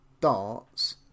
darts